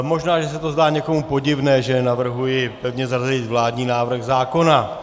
Možná že se to zdá někomu podivné, že navrhuji pevně zařadit vládní návrh zákona.